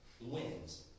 wins